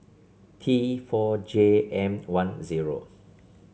T four J M one O